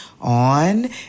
On